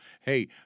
hey